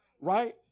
Right